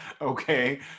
Okay